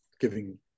giving